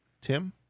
Tim